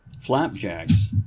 Flapjacks